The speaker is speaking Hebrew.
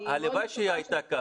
הלוואי שזה היה ככה.